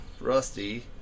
Rusty